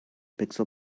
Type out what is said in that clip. pixel